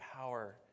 power